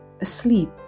asleep